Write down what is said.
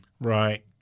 Right